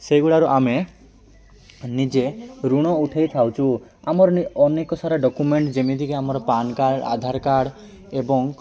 ସେହିଗୁଡ଼ାରୁ ଆମେ ନିଜେ ଋଣ ଉଠେଇଥାଉଚୁ ଆମର ଅନେକ ସାରା ଡକ୍ୟୁମେଣ୍ଟ ଯେମିତିକି ଆମର ପାନ୍ କାର୍ଡ଼ ଆଧାର କାର୍ଡ଼ ଏବଂ